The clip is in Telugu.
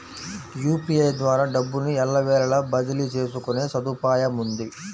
యూపీఐ ద్వారా డబ్బును ఎల్లవేళలా బదిలీ చేసుకునే సదుపాయముంది